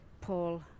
Paul